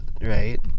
right